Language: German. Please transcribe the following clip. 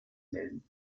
melden